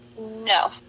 No